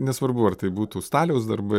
nesvarbu ar tai būtų staliaus darbai